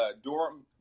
Durham